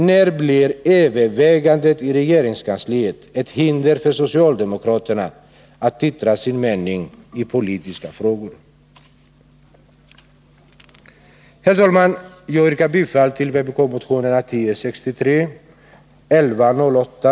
När blev ”överväganden i regeringskansliet” ett hinder för socialdemokraterna att ge uttryck för sin mening i politiska frågor? Herr talman! Jag yrkar bifall till vpk-motionerna 1063 och 1108.